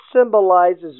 symbolizes